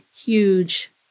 huge